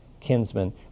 kinsman